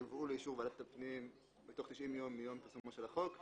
יובאו לאישור ועדת הפנים בתוך 90 יום מיום פרסומו של החוק.